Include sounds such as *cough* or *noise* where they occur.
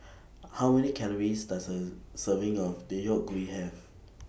*noise* How Many Calories Does A Serving of Deodeok Gui *noise* Have